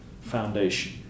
foundation